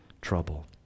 trouble